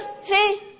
see